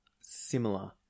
Similar